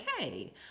okay